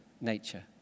nature